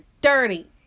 dirty